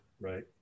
Right